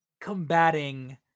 combating